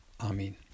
Amen